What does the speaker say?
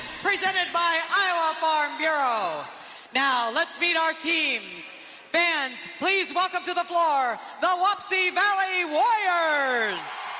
presented by iowa farm bureau now, let's meet our teams fans, please welcome to the floor the wapsie valley warriors!